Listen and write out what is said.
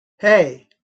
hey